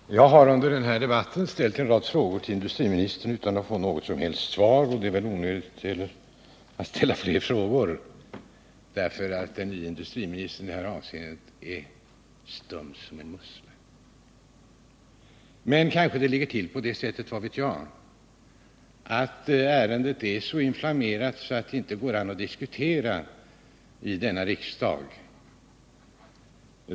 Herr talman! Jag har under den här debatten ställt en rad frågor till industriministern utan att få något som helst svar, och det är väl onödigt att ställa fler frågor då den nye industriministern i det här avseendet är sluten som en mussla. Men kanske det ligger till på det sättet, vad vet jag, att ärendet är så inflammerat att det inte går att diskutera i denna riksdag.